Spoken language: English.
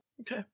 okay